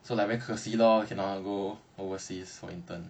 so like very 可惜 lor cannot go overseas for intern